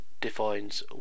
defines